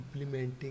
implementing